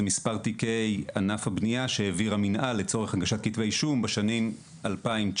מספר תיקי ענף הבנייה שהעביר המינהל לצורך הגשת כתבי אישום בשנים 2019